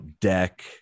deck